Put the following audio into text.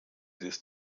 des